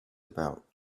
about